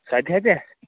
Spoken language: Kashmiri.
سَتہِ ہتہِ ہہ